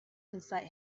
inside